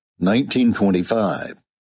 1925